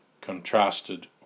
contrasted